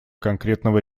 конкретного